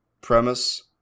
premise